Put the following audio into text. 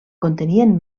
contenien